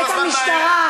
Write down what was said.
את המשטרה,